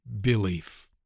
belief